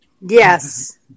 Yes